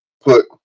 put